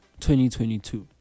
2022